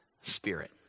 spirit